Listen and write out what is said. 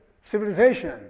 civilization